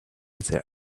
their